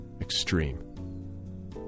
extreme